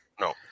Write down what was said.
No